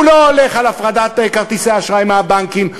הוא לא הולך על הפרדת כרטיסי אשראי מהבנקים,